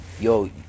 yo